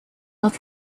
love